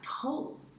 pull